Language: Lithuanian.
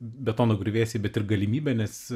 betono griuvėsiai bet ir galimybe nes